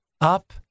up